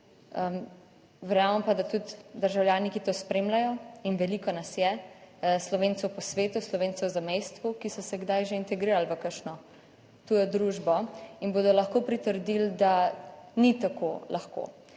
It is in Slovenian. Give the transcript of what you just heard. verjamem pa, da tudi državljani, ki to spremljajo in veliko nas je Slovencev po svetu, Slovencev v zamejstvu, ki so se kdaj že integrirali v kakšno tujo družbo in bodo lahko pritrdili, da ni tako lahko.